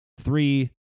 Three